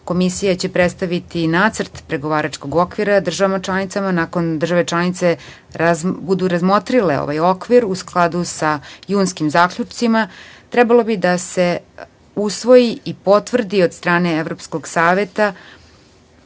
komisija će predstaviti nacrt pregovaračkog okvira državama članicama. Nakon što države članice razmotre ovaj okvir u skladu sa junskim zaključcima trebalo bi da se usvoji i potvrdi od strane Evropskog saveta,